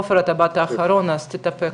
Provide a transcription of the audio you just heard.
אופיר, אתה באת אחרון, אז תתאפק.